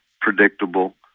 predictable